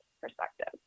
perspective